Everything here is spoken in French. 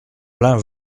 plein